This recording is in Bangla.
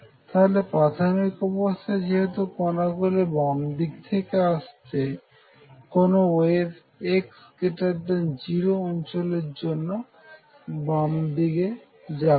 তাহলে প্রাথমিক অবস্থায় যেহেতু কণাগুলি বাম দিক থেকে আসছে কোন ওয়েভ x0 অঞ্চলের জন্য বামদিকে যাবে না